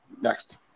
Next